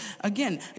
again